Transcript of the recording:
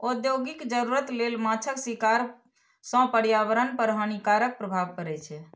औद्योगिक जरूरत लेल माछक शिकार सं पर्यावरण पर हानिकारक प्रभाव पड़ै छै